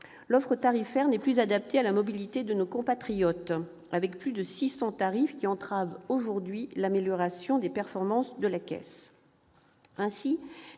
L'offre tarifaire n'est plus adaptée à la mobilité de nos compatriotes, avec plus de 600 tarifs qui entravent aujourd'hui l'amélioration des performances de la Caisse.